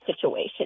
situation